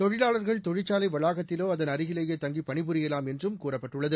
தொழிலாளர்கள் தொழிற்சாலை வளாகத்திலோ அதன் அருகிலேயே தங்கி பணிபுரியலாம் என்றும் கூறப்பட்டுள்ளது